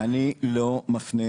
לא מפנה